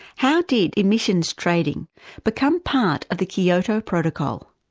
how did emissions trading become part of the kyoto protocol?